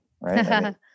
right